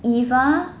if uh